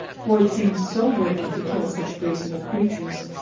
for it seems so wicked to kill such graceful creatures.